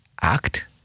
act